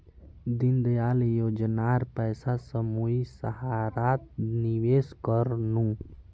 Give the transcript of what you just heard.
दीनदयाल योजनार पैसा स मुई सहारात निवेश कर नु